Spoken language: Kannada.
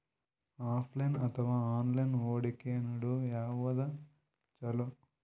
ಆಫಲೈನ ಅಥವಾ ಆನ್ಲೈನ್ ಹೂಡಿಕೆ ನಡು ಯವಾದ ಛೊಲೊ?